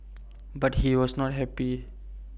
but he was not happy